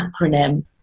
acronym